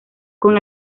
con